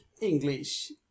English